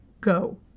go